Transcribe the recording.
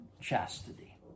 chastity